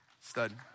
stud